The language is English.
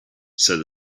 said